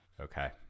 Okay